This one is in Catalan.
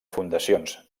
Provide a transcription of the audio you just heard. fundacions